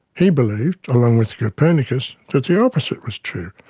he believed, along with copernicus, that the opposite was true.